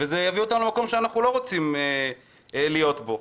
וזה יביא אותנו למקום שאנחנו לא רוצים להיות בו.